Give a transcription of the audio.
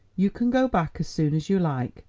you can go back as soon as you like.